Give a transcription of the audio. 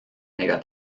ega